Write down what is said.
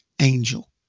Angel